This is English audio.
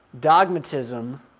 dogmatism